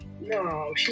No